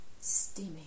Steamy